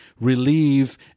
relieve